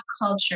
culture